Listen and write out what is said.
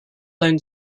known